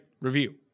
review